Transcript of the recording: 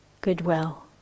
goodwill